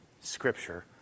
scripture